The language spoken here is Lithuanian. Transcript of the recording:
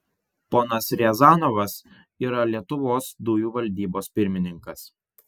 ponas riazanovas yra lietuvos dujų valdybos pirmininkas